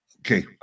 Okay